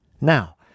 Now